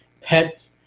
pet